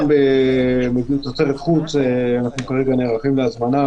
גם בבדיקות מתוצרת חוץ אנחנו נערכים להזמנה